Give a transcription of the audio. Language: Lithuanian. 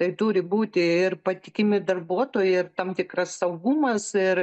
tai turi būti ir patikimi darbuotojai ir tam tikras saugumas ir